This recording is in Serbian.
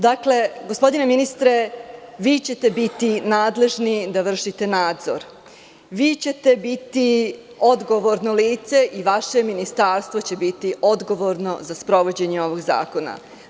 Dakle, gospodine ministre, vi ćete biti nadležni da vršite nadzor, vi ćete biti odgovorno lice i vaše ministarstvo će biti odgovorno za sprovođenje ovog zakona.